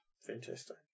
Fantastic